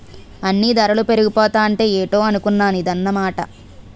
అన్నీ దరలు పెరిగిపోతాంటే ఏటో అనుకున్నాను ఇదన్నమాట